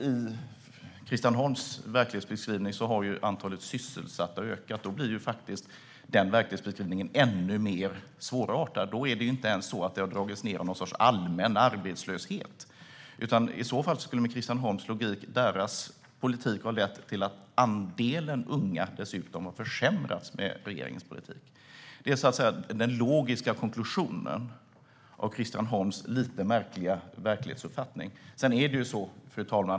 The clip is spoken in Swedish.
I Christian Holms verklighetsbeskrivning har antalet sysselsatta ökat. Då blir den verklighetsbeskrivningen ännu mer svårbegriplig. Det är inte ens så att siffran har gått ned av någon sorts allmän arbetslöshet. Med Christian Holms logik skulle alliansregeringens politik ha lett till att andelen unga sysselsatta har minskat. Det är den logiska konklusionen av Christian Holms lite märkliga verklighetsuppfattning. Fru talman!